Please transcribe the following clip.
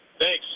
Thanks